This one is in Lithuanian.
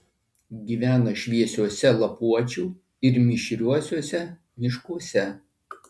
gyvena šviesiuose lapuočių ir mišriuosiuose miškuose